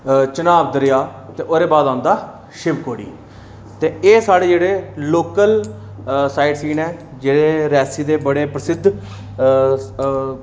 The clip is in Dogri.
चनाव दरेआ ते ओह्दे बाद शिव खोड़ी ते एह् जेह्ड़े साढ़े लोकल साइड सीन न जेह्ड़े साढ़े रियासी दे